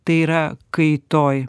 tai yra kaitoj